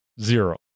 Zero